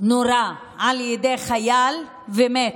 נורה על ידי חייל ומת.